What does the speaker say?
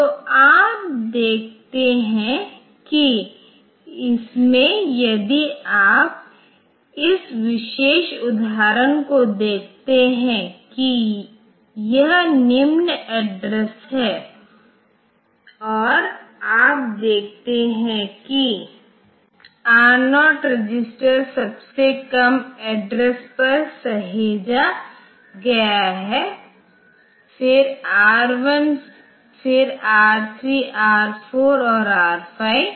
तो आप देखते हैं कि इसमें यदि आप इस विशेष उदाहरण को देखते हैं तो यह निम्न एड्रेस है और आप देखते हैं कि R0 रजिस्टर सबसे कम एड्रेस पर सहेजा गया है फिर R1 फिर R3 R4 और R5